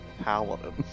paladin